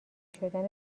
شدن